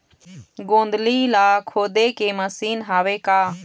गोंदली ला खोदे के मशीन हावे का?